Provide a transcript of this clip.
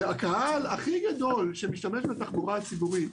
הקהל הכי גדול שמשתמש בתחבורה הציבורית